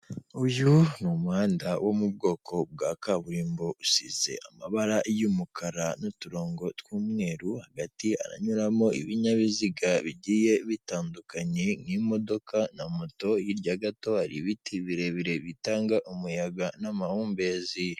Uyu ni umuhanda wo mu bwoko bwa kaburimbo usize amabara y'umukara n'uturongo tw'umweru, hagati haranyuramo ibinyabiziga bigiye bitandukanye, nk'imodoka na moto, hirya gato hari ibiti birebire bitanga umuyaga n'amahumbezi.